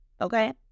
okay